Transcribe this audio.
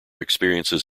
experiences